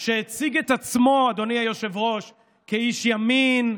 שהציג את עצמו, אדוני היושב-ראש, כאיש ימין,